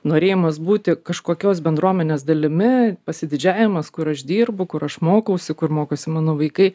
norėjimas būti kažkokios bendruomenės dalimi pasididžiavimas kur aš dirbu kur aš mokausi kur mokosi mano vaikai